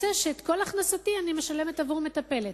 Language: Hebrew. את כל הכנסתי אני משלמת למטפלת.